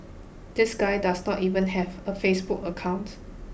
this guy does not even have a Facebook account